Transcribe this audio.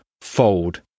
Fold